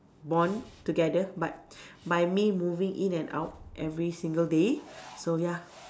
bond together but by me moving in and out every single day so ya